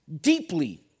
deeply